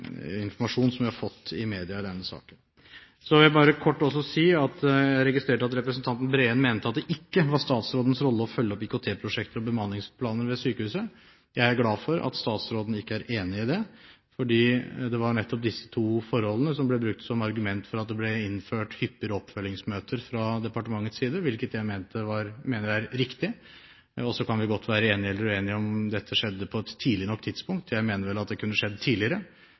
informasjon som vi har fått i media i denne saken. Så vil jeg kort bare si at jeg registrerer at representanten Breen mente at det ikke var statsrådens rolle å følge opp IKT-prosjekter og bemanningsplaner ved sykehuset. Jeg er glad for at statsråden ikke er enig i det, fordi det var nettopp disse to forholdene som ble brukt som argument for at det ble innført hyppigere oppfølgingsmøter fra departementets side, hvilket jeg mener er riktig. Så kan vi godt være enige eller uenige om dette skjedde på et tidlig nok tidspunkt. Jeg mener vel at det kunne skjedd tidligere,